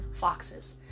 foxes